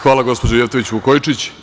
Hvala, gospođo Jefotović Vukojičić.